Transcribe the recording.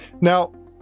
Now